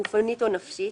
גופנית או נפשית,